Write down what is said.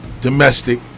Domestic